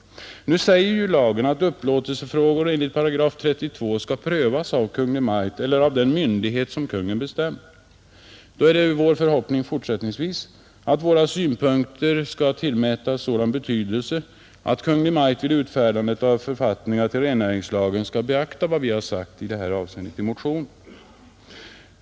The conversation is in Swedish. Nu säger lagen att upplåtelsefrågor enligt 32 § skall prövas av Kungl. Maj:t eller av den myndighet som Konungen bestämmer. Det är då vår förhoppning att våra synpunkter skall tillmätas sådan betydelse att Kungl. Maj:t vid utfärdande av följdförfattningen till rennäringslagen skall beakta vad vi i motionen framfört.